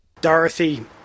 Dorothy